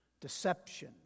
deception